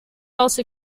also